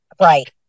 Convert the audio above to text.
Right